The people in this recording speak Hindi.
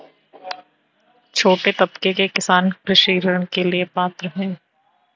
छोटे तबके के किसान कृषि ऋण के लिए पात्र हैं?